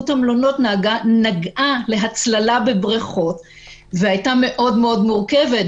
המלונות נגעה להצללה בברכות והייתה מאוד מאוד מורכבת,